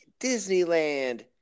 Disneyland